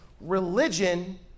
Religion